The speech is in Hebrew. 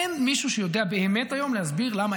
אין מישהו שיודע היום באמת להסביר למה